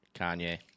Kanye